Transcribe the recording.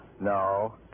No